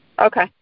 Okay